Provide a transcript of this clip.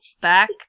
back